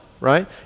right